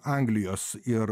anglijos ir